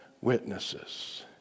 witnesses